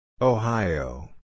Ohio